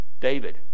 David